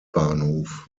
hbf